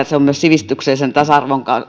se on myös sivistyksellisen tasa arvon